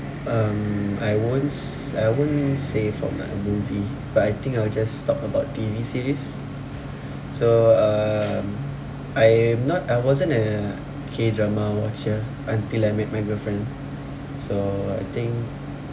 um I won't sa~ I won't say from a movie but I think I will just talk about T_V series so um I am not I wasn't a K drama watcher until I met my girlfriend so I think